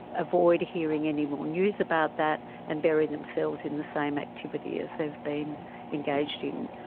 avoid hearing any more news about that and bury themselves in the same activity as they've been engaged in.